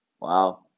Wow